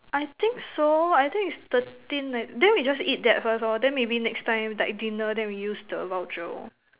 I think so I think it's thirteen eh then we just eat that first lor then maybe next time like dinner then we use the voucher